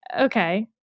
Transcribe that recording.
Okay